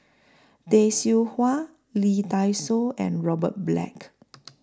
Tay Seow Huah Lee Dai Soh and Robert Black